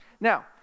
Now